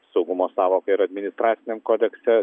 saugumo sąvoka ir administraciniam kodekse